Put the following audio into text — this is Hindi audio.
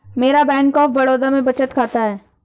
मेरा बैंक ऑफ बड़ौदा में बचत खाता है